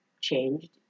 changed